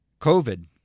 covid